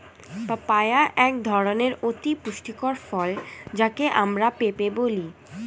papaya এক ধরনের অতি পুষ্টিকর ফল যাকে আমরা পেঁপে বলি